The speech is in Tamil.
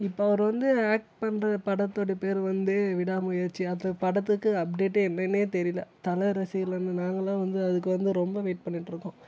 இப்போ அவர் வந்து ஆக்ட் பண்ணுற படத்துடைய பேர் வந்து விடாமுயற்சி அந்த படத்துக்கு அப்டேட்டே என்னென்னெ தெரியல தல ரசிகர்களான நாங்கெல்லாம் வந்து அதுக்கு வந்து ரொம்ப வெயிட் பண்ணிக்கிட்டு இருக்கோம்